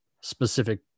specific